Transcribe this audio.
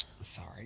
Sorry